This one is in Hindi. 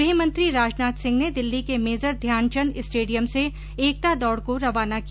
गृहमंत्री राजनाथ सिंह ने दिल्ली के मेजर ध्यानचंद स्टेडियम से एकता दौड़ को रवाना किया